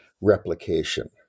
replication